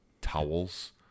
towels